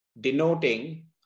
denoting